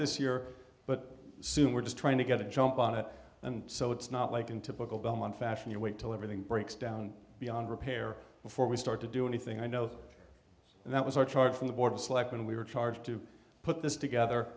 this year but soon we're just trying to get a jump on it and so it's not like in typical belmont fashion you wait till everything breaks down beyond repair before we start to do anything i know and that was our charge from the board of selectmen we were charged to put this together